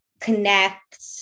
connect